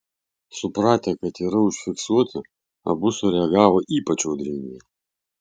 supratę kad yra užfiksuoti abu sureagavo ypač audringai